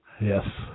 yes